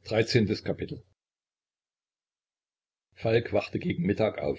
falk wachte gegen mittag auf